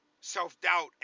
self-doubt